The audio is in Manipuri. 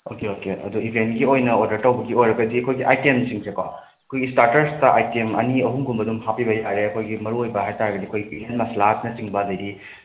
ꯑꯣꯀꯦ ꯑꯣꯀꯦ ꯑꯗꯣ ꯏꯚꯦꯟꯠꯒꯤ ꯑꯣꯏꯅ ꯑꯣꯔꯗꯔ ꯇꯧꯕꯒꯤ ꯑꯣꯏꯔꯒꯗꯤ ꯑꯩꯈꯣꯏꯒꯤ ꯑꯥꯏꯇꯦꯝꯁꯤꯡꯁꯦꯀꯣ ꯑꯩꯈꯣꯏꯒꯤ ꯁ꯭ꯇꯥꯇꯔꯁꯇ ꯑꯥꯏꯇꯦꯝ ꯑꯅꯤ ꯑꯍꯨꯝꯒꯨꯝꯕꯗꯨꯝ ꯍꯥꯞꯄꯤꯕ ꯌꯥꯔꯦ ꯑꯩꯈꯣꯏꯒꯤ ꯃꯔꯨꯑꯣꯏꯕ ꯍꯥꯏꯇꯥꯔꯒꯗꯤ ꯑꯩꯈꯣꯏ ꯆꯤꯀꯟ ꯃꯁꯂꯥꯅꯆꯤꯡꯕ ꯑꯗꯒꯤ